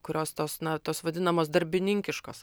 kurios tos na tos vadinamos darbininkiškos